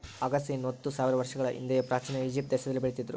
ಅಗಸೆಯನ್ನು ಹತ್ತು ಸಾವಿರ ವರ್ಷಗಳ ಹಿಂದೆಯೇ ಪ್ರಾಚೀನ ಈಜಿಪ್ಟ್ ದೇಶದಲ್ಲಿ ಬೆಳೀತಿದ್ರು